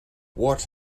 what